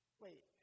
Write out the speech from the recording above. Wait